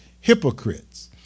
hypocrites